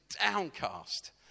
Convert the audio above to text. downcast